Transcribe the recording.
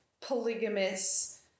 polygamous